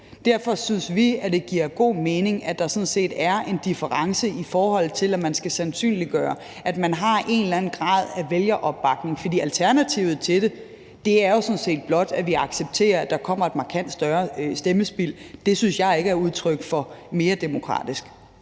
Derfor synes vi, at det giver god mening, at der sådan set er en difference, i forhold til at man skal sandsynliggøre, at man har en eller anden grad af vælgeropbakning. For alternativet til det er sådan set blot, at vi accepterer, at der kommer et markant større stemmespild. Det synes jeg ikke er udtryk for noget mere demokratisk.